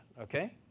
okay